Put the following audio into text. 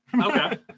Okay